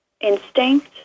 instinct